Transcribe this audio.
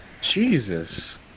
Jesus